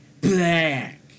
Black